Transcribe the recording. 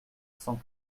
cent